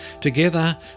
Together